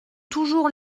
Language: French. toujours